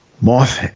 moth